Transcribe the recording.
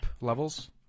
levels